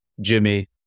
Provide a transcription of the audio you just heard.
jimmy